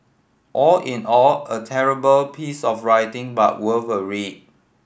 all in all a terrible piece of writing but worth a read